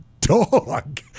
dog